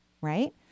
right